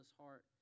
heart